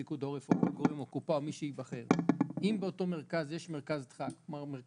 פיקוד העורף או הקופה או מי שייבחר.